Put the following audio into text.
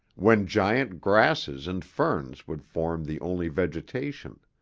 when giant grasses and ferns would form the only vegetation.